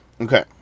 Okay